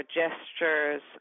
gestures